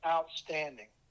Outstanding